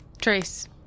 Trace